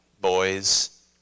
boys